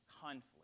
conflict